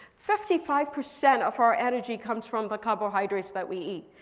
fifty five percent of our energy comes from the carbohydrates that we eat.